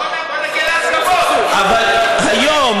אז בוא נגיע להסכמות, אבל היום,